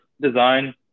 design